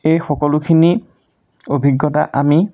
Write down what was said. এই সকলোখিনি অভিজ্ঞতা আমি